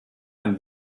ein